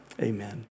amen